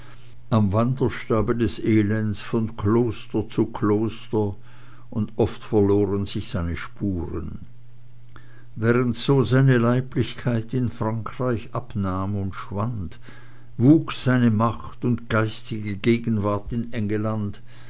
am wanderstabe des elends von kloster zu kloster und oft verloren sich seine spuren während so seine leiblichkeit in frankreich abnahm und schwand wuchs seine macht und geistige gegenwart in engelland